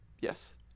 Yes